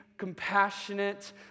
compassionate